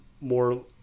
more